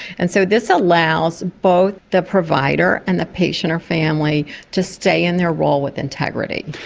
and so this allows both the provider and the patient or family to stay in their role with integrity.